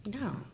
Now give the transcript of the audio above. No